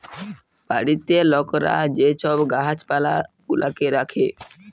বাড়িতে লকরা যে ছব গাহাচ পালা গুলাকে রাখ্যে